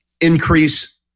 increase